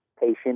patient